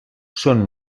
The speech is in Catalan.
són